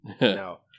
No